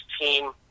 team